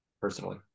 Personally